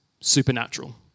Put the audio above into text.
supernatural